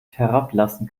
herablassen